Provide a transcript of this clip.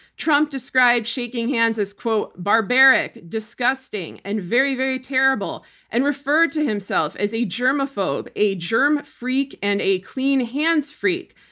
trump described shaking hands as barbaric, disgusting, and very, very terrible and referred to himself as a germaphobe, a germ freak, and a clean hands freak.